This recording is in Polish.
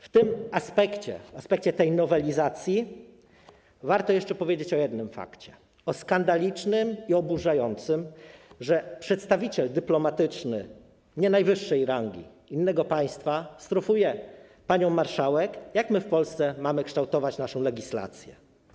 W tym aspekcie, w aspekcie tej nowelizacji, warto jeszcze powiedzieć o jednym skandalicznym i oburzającym fakcie: przedstawiciel dyplomatyczny nie najwyższej rangi innego państwa strofuje panią marszałek, poucza, jak my w Polsce mamy kształtować naszą legislację.